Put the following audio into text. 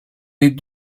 les